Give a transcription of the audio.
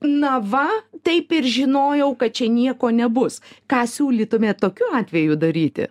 na va taip ir žinojau kad čia nieko nebus ką siūlytumėt tokiu atveju daryti